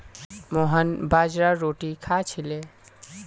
मोहन बाजरार रोटी खा छिले